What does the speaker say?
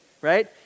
right